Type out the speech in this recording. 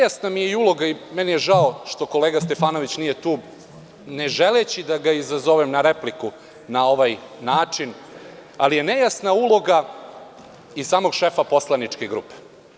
Žao mi je što kolega Stefanović nije tu, ne želeći da ga izazovem na repliku na ovaj način, ali je nejasna uloga i samog šefa poslaničke grupe.